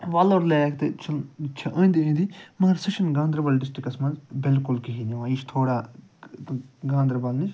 Wular lake تہِ چھُنہٕ چھُ أنٛدۍ أنٛدی مگر سُہ چھُنہٕ گاندربَل ڈِسٹِرٛکَس منٛز بلکل کِہیٖنۍ یِوان یہِ چھِ تھوڑا گاندربَل نِشۍ